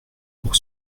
pour